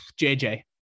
JJ